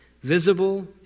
visible